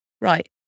right